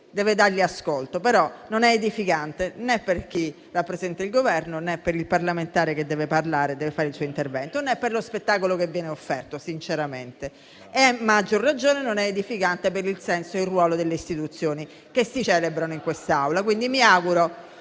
deve dargli ascolto. Però non è edificante né per chi rappresenta il Governo, né per il parlamentare che deve parlare e deve fare il suo intervento, né per lo spettacolo che viene offerto, sinceramente. A maggior ragione, non è edificante per il senso e il ruolo delle istituzioni che si celebrano in quest'Aula. Quindi mi auguro